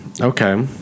Okay